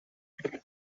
green